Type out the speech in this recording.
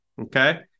Okay